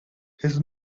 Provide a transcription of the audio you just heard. his